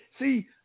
See